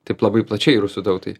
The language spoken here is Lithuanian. taip labai plačiai rusų tautai